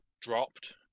dropped